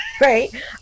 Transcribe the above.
right